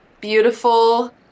beautiful